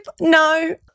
no